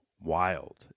Wild